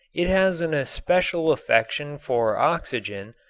it has an especial affection for oxygen,